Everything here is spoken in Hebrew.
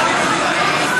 אדוני.